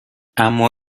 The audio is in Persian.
اما